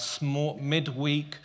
midweek